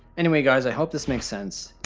anyway guys, i hope this makes sense.